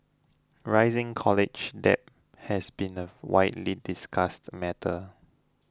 rising college debt has been a widely discussed matter